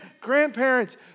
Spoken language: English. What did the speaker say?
grandparents